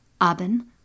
Aben